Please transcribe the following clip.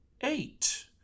eight